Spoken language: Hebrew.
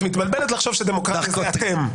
את מבלבלת לחשוב שדמוקרטיה זה אתם.